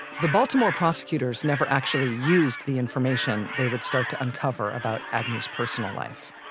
the baltimore prosecutors never actually used the information they would start to uncover about agnew's personal life,